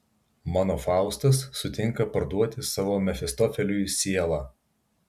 mano faustas sutinka parduoti savo mefistofeliui sielą